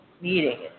meeting